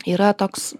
yra toks